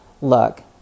Look